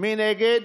מי נגד?